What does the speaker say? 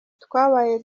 twabaye